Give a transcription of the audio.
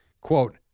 quote